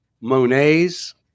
Monet's